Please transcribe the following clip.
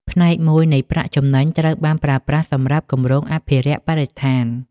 ផ្នែកមួយនៃប្រាក់ចំណេញ ត្រូវបានប្រើប្រាស់សម្រាប់គម្រោងអភិរក្សបរិស្ថាន។